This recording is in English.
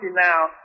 now